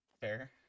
Fair